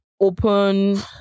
open